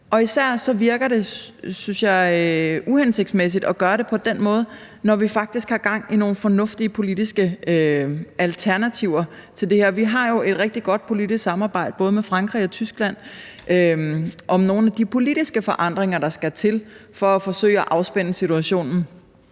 det, synes jeg, uhensigtsmæssigt at gøre det på den måde, når vi faktisk har gang i nogle fornuftige politiske alternativer til det her. Vi har jo et rigtig godt politisk samarbejde med både Frankrig og Tyskland om nogle af de politiske forandringer, der skal til for at forsøge at afspænde situationen.